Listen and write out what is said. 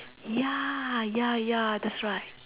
ya ya ya that's right